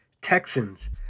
Texans